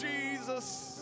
Jesus